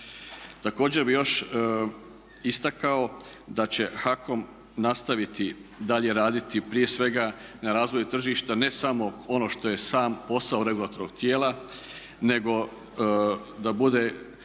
Također bih još istakao da će HAKOM nastaviti dalje raditi, prije svega na razvoju tržišta ne samo ono što je sam posao regulatornog tijela nego da bude